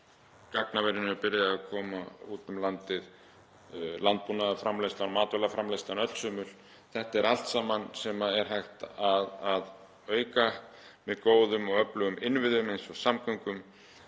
Gagnaverin eru byrjuð að koma úti um landið, landbúnaðarframleiðslan, matvælaframleiðslan öllsömul, þetta er allt saman hægt að auka með góðum og öflugum innviðum eins og samgöngum,